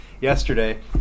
yesterday